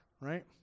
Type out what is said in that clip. Right